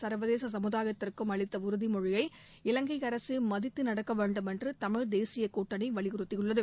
சர்வதேச சமுதாயத்திற்கும் அளித்த உறுதிமொழியை இவங்கை அரசு மதித்து நடக்க வேண்டுமென்று தமிழ் தேசிய கூட்டணி வலியுறுத்தியுள்ளது